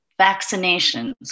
vaccinations